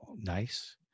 Nice